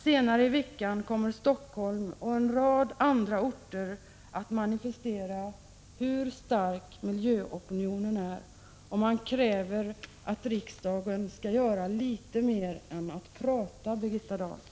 Senare i veckan kommer Helsingfors och en rad andra orter att manifestera hur stark miljöopinionen är, och man kräver att riksdagen skall göra litet mer än att prata, Birgitta Dahl.